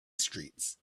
streets